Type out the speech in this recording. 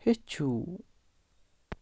ہیٚچھِو